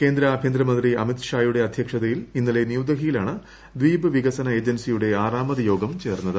കേന്ദ്ര ആഭ്യന്തരമന്ത്രി അമിത് ഷ്ട് യുടെ അദ്ധ്യക്ഷതയിൽ ഇന്നലെ ന്യൂഡൽഹിയിലാങ്ക് ബ്രീപ്പ് വികസന ഏജൻസിയുടെ ആറാമത് യോഗം ചേർന്നത്